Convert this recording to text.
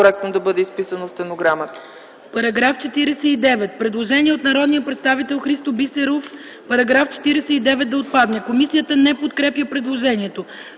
Има предложение от народния представител Христо Бисеров § 59 да отпадне. Комисията не подкрепя предложението.